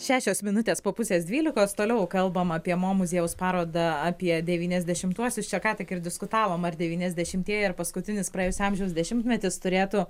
šešios minutės po pusės dvylikos toliau kalbama apie mo muziejaus parodą apie devyniasdešimtuosius čia ką tik ir diskutavom ar devyniasdešimtieji ar paskutinis praėjusio amžiaus dešimtmetis turėtų